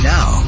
Now